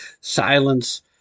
silence